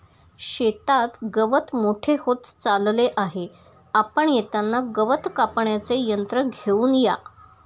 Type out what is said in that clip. शेतात गवत मोठे होत चालले आहे, आपण येताना गवत कापण्याचे यंत्र घेऊन या